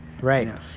Right